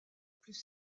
plus